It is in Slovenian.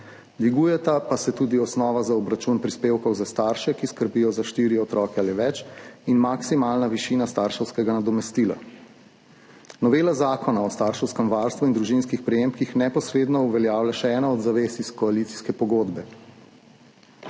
dvigujeta pa se tudi osnova za obračun prispevkov za starše, ki skrbijo za štiri otroke ali več, in maksimalna višina starševskega nadomestila. Novela Zakona o starševskem varstvu in družinskih prejemkih neposredno uveljavlja še eno od zavez iz koalicijske pogodbe,